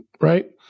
right